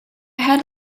had